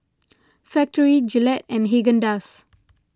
Factorie Gillette and Haagen Dazs